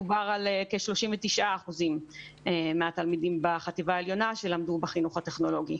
דובר על כ-39% מהתלמידים בחטיבה העליונה שלמדו בחינוך הטכנולוגי.